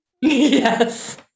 Yes